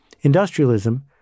Industrialism